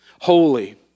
holy